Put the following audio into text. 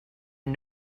and